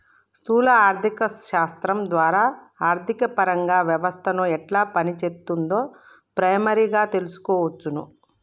స్థూల ఆర్థిక శాస్త్రం ద్వారా ఆర్థికపరంగా వ్యవస్థను ఎట్లా పనిచేత్తుందో ప్రైమరీగా తెల్సుకోవచ్చును